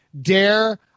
Dare